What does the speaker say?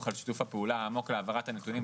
על שיתוף הפעולה העמוק להעברת הנתונים,